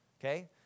Okay